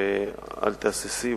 ואל תהססי,